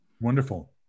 Wonderful